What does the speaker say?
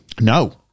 No